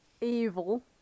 evil